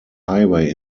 highway